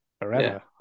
forever